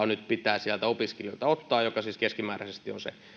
nyt pitää sieltä opiskelijoilta ottaa myös tämä kaksi miljoonaa euroa joka siis keskimääräisesti on